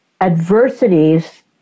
adversities